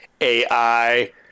AI